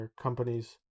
companies